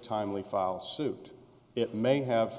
timely file suit it may have